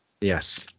Yes